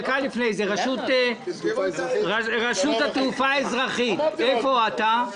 דקה לפני זה, רשות התעופה האזרחית, איפה אתה?